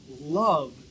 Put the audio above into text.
love